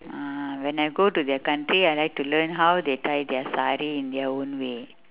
ah when I go to their country I like to learn how they tie their sari in their own way